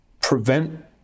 prevent